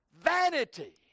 Vanity